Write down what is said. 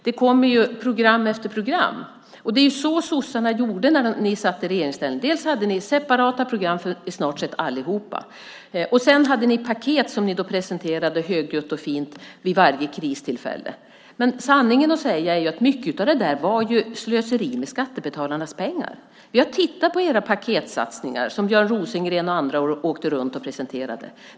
Det kommer program efter program. Det var så ni sossar gjorde när ni satt i regeringsställning. Ni hade separata program för snart sagt allt. Sedan hade ni separata paket som ni presenterade högljutt och fint vid varje kristillfälle. Sanningen är att mycket av det där var slöseri med skattebetalarnas pengar. Vi har tittat på de paketsatsningar som Björn Rosengren och andra åkte runt och presenterade.